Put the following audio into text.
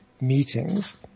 meetings